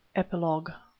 epilogue